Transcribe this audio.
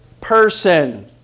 Person